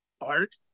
art